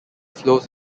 flows